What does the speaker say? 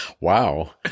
Wow